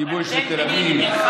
כיבוש זה תל אביב,